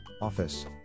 office